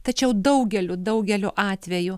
tačiau daugeliu daugeliu atvejų